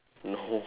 no